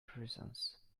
prisons